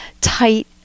tight